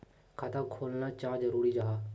खाता खोलना चाँ जरुरी जाहा?